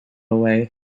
away